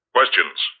Questions